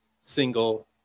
single